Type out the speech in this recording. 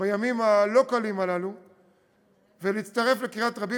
בימים הלא-קלים הללו ולהצטרף לקריאת רבים